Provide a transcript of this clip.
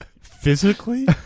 Physically